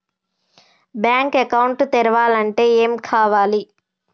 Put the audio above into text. Bank account తెరవాలంటే ఏమేం కావాలి?